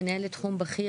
מנהלת תחום בכיר,